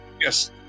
yes